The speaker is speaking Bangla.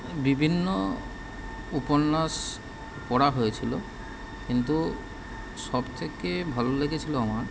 বিভিন্ন উপন্যাস পড়া হয়েছিল কিন্তু সবথেকে ভালো লেগেছিল আমার